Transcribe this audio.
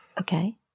Okay